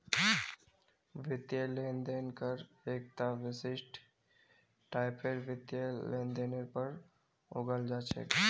वित्तीय लेन देन कर एकता विशिष्ट टाइपेर वित्तीय लेनदेनेर पर लगाल जा छेक